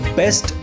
best